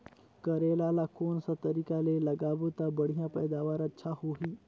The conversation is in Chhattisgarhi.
करेला ला कोन सा तरीका ले लगाबो ता बढ़िया पैदावार अच्छा होही?